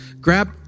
Grab